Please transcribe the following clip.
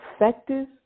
effective